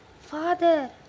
father